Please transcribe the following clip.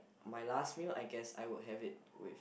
my last meal I guess I would have it with